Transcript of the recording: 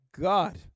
God